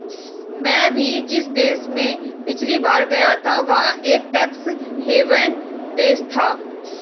मैं भी जिस देश में पिछली बार गया था वह एक टैक्स हेवन देश था